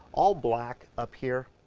all black up here.